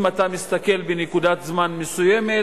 אם אתה מסתכל בנקודת זמן מסוימת,